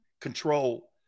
control